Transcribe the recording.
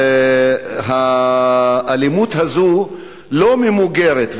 שהאלימות הזו לא ממוגרת,